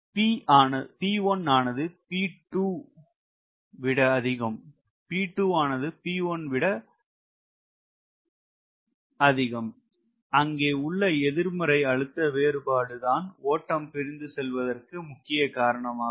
P3ஆனது P2 விட அதிகம் P2 ஆனது P1 விட அதிகம் அங்கே உள்ள எதிர்மறை அழுத்த வேறுபாடு தான் ஓட்டம் பிறந்து செல்வதற்கு முக்கிய காரணம் ஆகும்